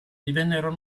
divennero